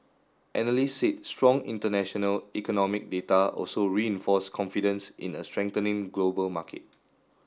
analysts said strong international economic data also reinforced confidence in a strengthening global market